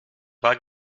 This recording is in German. war